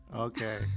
okay